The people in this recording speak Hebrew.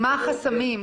מה החסמים?